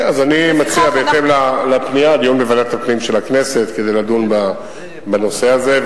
אני מציע דיון בוועדת הפנים של הכנסת כדי לדון בנושא הזה,